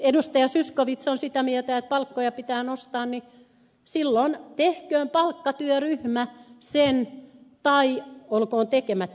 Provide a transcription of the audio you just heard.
zyskowicz on sitä mieltä että palkkoja pitää nostaa niin silloin tehköön palkkatyöryhmä sen tai olkoon tekemättä